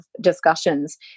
discussions